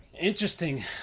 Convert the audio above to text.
interesting